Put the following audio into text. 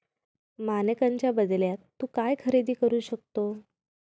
मानकांच्या बदल्यात तू काय खरेदी करू शकतो?